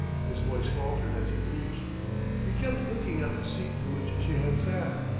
his voice faltered as he preached he kept looking at the seat in which she had sat,